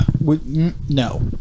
no